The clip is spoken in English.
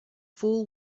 fool